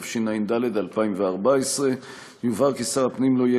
התשע"ד 2014. יובהר כי שר הפנים לא יהיה